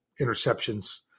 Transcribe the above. interceptions